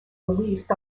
released